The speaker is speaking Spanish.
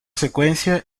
secuencia